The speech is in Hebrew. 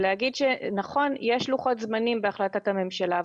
נכון שיש לוחות זמנים בהחלטת הממשלה,